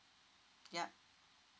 yup